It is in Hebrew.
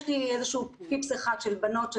יש לי איזשהו פיפס אחד של בנות זה